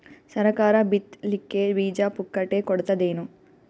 ಸರಕಾರ ಬಿತ್ ಲಿಕ್ಕೆ ಬೀಜ ಪುಕ್ಕಟೆ ಕೊಡತದೇನು?